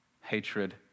hatred